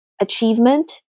achievement